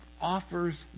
offers